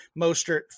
Mostert